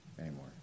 anymore